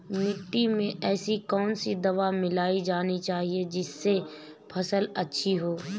मिट्टी में ऐसी कौन सी दवा मिलाई जानी चाहिए जिससे फसल अच्छी हो?